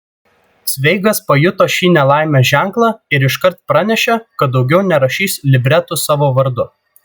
cveigas pajuto šį nelaimės ženklą ir iškart pranešė kad daugiau nerašys libretų savo vardu